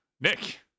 Nick